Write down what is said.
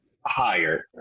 higher